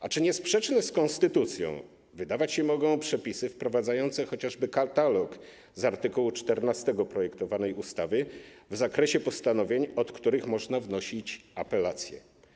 A czy nie sprzeczne z konstytucją wydawać się mogą przepisy wprowadzające chociażby katalog z art. 14 projektowanej ustawy w zakresie postanowień, od których można wnosić apelację?